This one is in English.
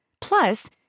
Plus